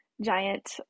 giant